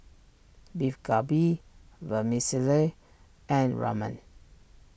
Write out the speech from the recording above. Beef Galbi Vermicelli and Ramen